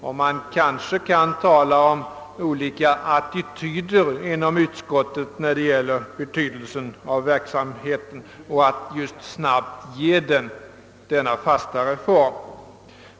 Man kan kanske tala om olika attityder inom utskottet när det gäller betydelsen av att ge verksamheten denna fastare form.